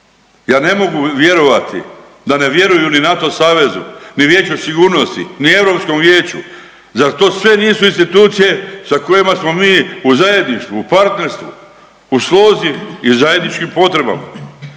Ja ne mogu vjerovati da ne vjeruju ni NATO savezu, ni Vijeću sigurnosti, ni Europskom vijeću, zato to sve nisu institucije sa kojima smo mi u zajedništvu, u partnerstvu, u slozi i zajedničkim potrebama?